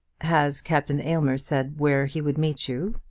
has captain aylmer said where he would meet you?